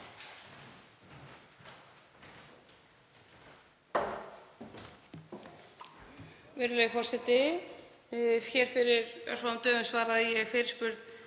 Virðulegi forseti. Hér fyrir örfáum dögum svaraði ég fyrirspurn